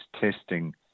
testing